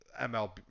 MLB